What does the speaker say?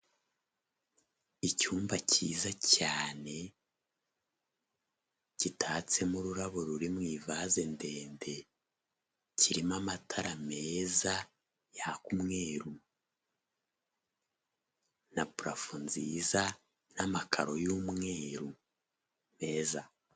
Icyumba cyiza cyane gitatsemo ururabo ruri mu ivaze ndende kirimo amatara meza yaka umweru na purafo nziza n'amakaro y'umweruru meza.